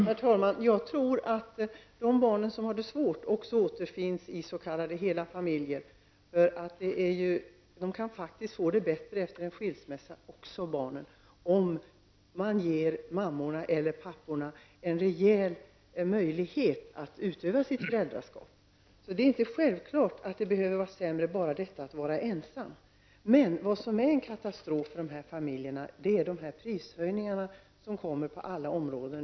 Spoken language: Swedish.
Herr talman! Barn som har det svårt återfinns också i s.k. hela familjer. Barn kan faktiskt även få det bättre efter en skilsmässa om mammorna eller papporna får en rejäl möjlighet att utöva sitt föräldraskap. Det är inte självklart att barnen behöver ha det sämre hos ensamföräldrar. Men katastrofen för dessa familjer är de prishöjningar som nu sker inom alla områden.